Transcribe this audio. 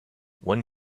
one